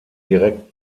direkt